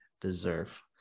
deserve